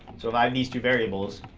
so if i have these two variables,